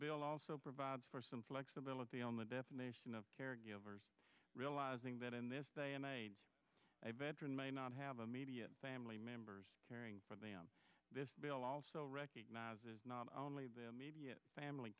bill also provides for some flexibility on the defamation of character givers realizing that in this day and a veteran may not have immediate family members caring for them this bill also recognizes not only them each family